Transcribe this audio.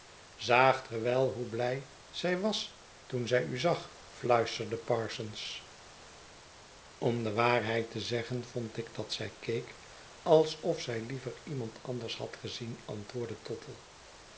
zaagt ge wel hoe blij zij was toen zij u zag fluisterde parsons om de waarheid te zeggen vond ik dat zij keek alsof zij liever iemand andershad gezien antwoordde